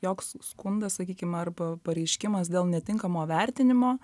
joks skundas sakykim arba pareiškimas dėl netinkamo vertinimo